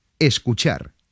Escuchar